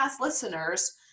listeners